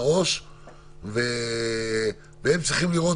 וגם אז ראש העיר צריך שיהיה